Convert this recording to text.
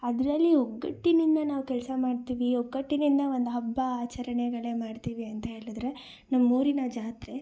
ಅದರಲ್ಲಿ ಒಗ್ಗಟ್ಟಿನಿಂದ ನಾವು ಕೆಲಸ ಮಾಡ್ತೀವಿ ಒಗ್ಗಟ್ಟಿನಿಂದ ಒಂದು ಹಬ್ಬ ಆಚರಣೆಗಳೇ ಮಾಡ್ತೀವಿ ಅಂತ ಹೇಳಿದ್ರೆ ನಮ್ಮೂರಿನ ಜಾತ್ರೆ